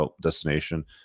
destination